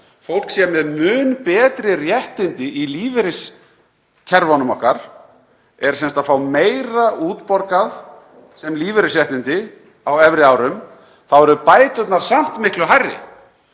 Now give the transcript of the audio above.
fólk sé með mun betri réttindi í lífeyriskerfunum okkar, er sem sagt að fá meira útborgað sem lífeyrisréttindi á efri árum, þá eru bæturnar samt miklu hærri.